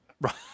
Right